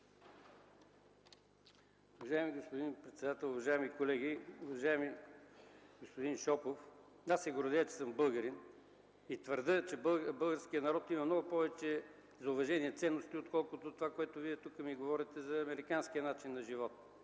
Уважаеми господин председател, уважаеми колеги! Уважаеми господин Шопов, аз се гордея, че съм българин и твърдя, че българският народ има много повече ценности за уважение, отколкото онова, което Вие ми говорите за американския начин на живот.